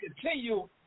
continue